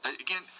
again